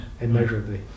immeasurably